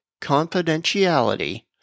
confidentiality